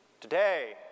today